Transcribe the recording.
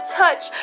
touch